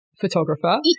photographer